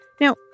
Now